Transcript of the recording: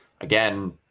Again